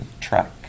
track